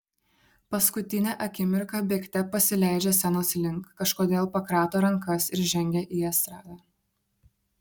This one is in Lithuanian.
paskutinę akimirką bėgte pasileidžia scenos link kažkodėl pakrato rankas ir žengia į estradą